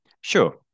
Sure